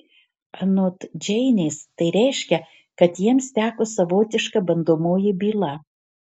anot džeinės tai reiškia kad jiems teko savotiška bandomoji byla